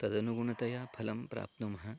तदनुगुणतया फलं प्राप्नुमः